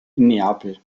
neapel